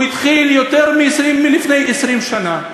הוא התחיל לפני יותר מ-20 שנה,